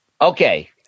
Okay